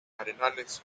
arenales